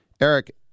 Eric